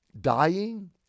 dying